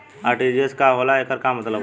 RTGS का होला एकर का मतलब होला?